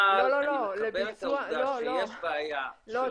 אבל אני מתחבר לעובדה שיש בעיה של מודעות --- לא,